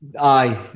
Aye